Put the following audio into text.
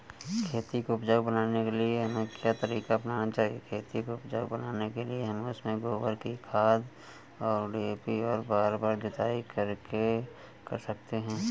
खेती को उपजाऊ बनाने के लिए क्या तरीका अपनाना चाहिए?